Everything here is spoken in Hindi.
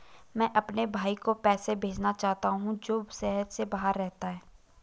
मैं अपने भाई को पैसे भेजना चाहता हूँ जो शहर से बाहर रहता है